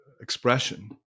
expression